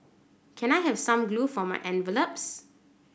can I have some glue for my envelopes